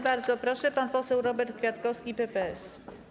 Bardzo proszę, pan poseł Robert Kwiatkowski, PPS.